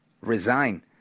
resign